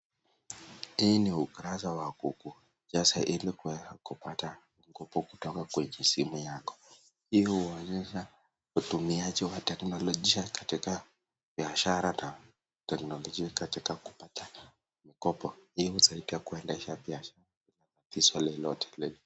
Hii ni ukurasa wa Google jinsi ya ili kupata mkopo kutoka kwa simu yako. Hii huonyesha utumiaji wa teknolojia katika biashara na teknolojia katika kupata mikopo. Hii husaidia kuendesha biashara bila tatizo lolote lile.